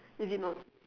is it not